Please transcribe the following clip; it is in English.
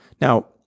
Now